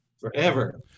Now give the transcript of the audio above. forever